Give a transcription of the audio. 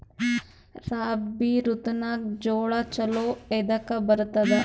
ರಾಬಿ ಋತುನಾಗ್ ಜೋಳ ಚಲೋ ಎದಕ ಬರತದ?